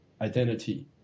identity